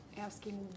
asking